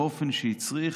באופן שהצריך